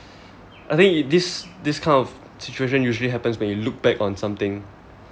I think this this kind of situation usually happens when you look back on something